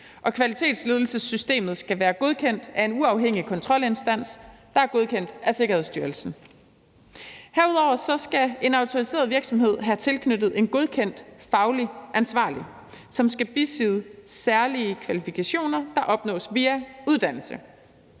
Kvalitetsledelsessystemet skal være godkendt af en uafhængig kontrolinstans, der er godkendt af Sikkerhedsstyrelsen. Herudover skal en autoriseret virksomhed have tilknyttet en godkendt fagligt ansvarlig, som skal besidde særlige kvalifikationer, der opnås via uddannelse.